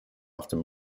after